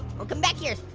oh, come back here.